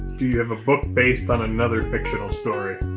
do you have a book based on another fictional story?